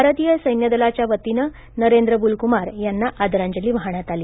भारतीय सैन्यदलाच्या वतीनं नरेंद्र बुल कुमार यांना आदरांजली वाहण्यात आली